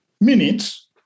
minutes